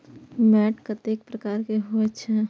मैंट कतेक प्रकार के होयत छै?